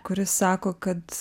kuris sako kad